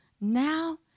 now